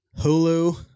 Hulu